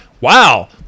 Wow